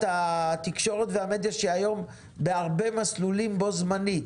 התקשורת והמדיה שהיום היא בהרבה מסלולים בו זמנית.